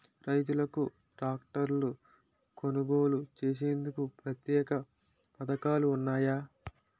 రైతులకు ట్రాక్టర్లు కొనుగోలు చేసేందుకు ప్రత్యేక పథకాలు ఉన్నాయా?